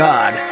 God